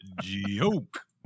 joke